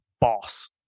Boss